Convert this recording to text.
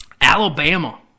Alabama